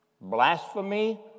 blasphemy